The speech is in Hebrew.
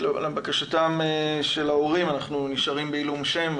לבקשתם של ההורים אנחנו נשארים בעילום שם.